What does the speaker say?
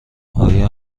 آیا